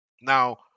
Now